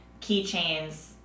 keychains